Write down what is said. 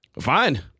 Fine